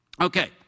Okay